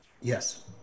yes